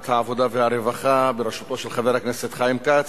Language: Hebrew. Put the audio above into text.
העבודה והרווחה בראשותו של חבר הכנסת חיים כץ,